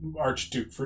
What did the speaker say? Archduke